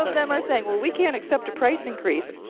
them are saying, well, we can't accept a price increase.